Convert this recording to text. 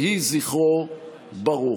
יהי זכרו ברוך.